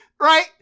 right